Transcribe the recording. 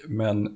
men